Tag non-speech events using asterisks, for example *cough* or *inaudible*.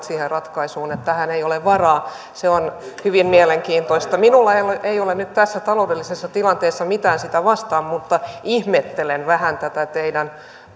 *unintelligible* siihen ratkaisuun että tähän ei ole varaa se on hyvin mielenkiintoista minulla ei ole nyt tässä taloudellisessa tilanteessa mitään sitä vastaan mutta ihmettelen vähän tätä teidän